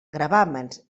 gravàmens